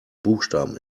buchstaben